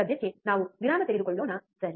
ಸದ್ಯಕ್ಕೆ ನಾವು ವಿರಾಮ ತೆಗೆದುಕೊಳ್ಳೋಣ ಸರಿ